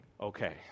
okay